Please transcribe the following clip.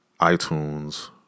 iTunes